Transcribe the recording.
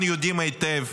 אנחנו יודעים היטב